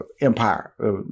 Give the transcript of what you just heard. empire